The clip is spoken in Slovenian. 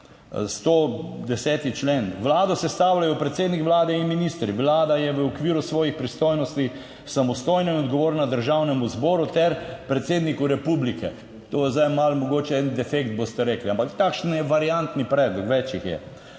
110 člen: Vlado sestavljajo predsednik Vlade in ministri, Vlada je v okviru svojih pristojnosti samostojna in odgovorna Državnemu zboru ter predsedniku republike. To je zdaj malo mogoče en defekt, boste rekli, ampak 27. TRAK: (TB) - 11.10